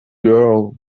girl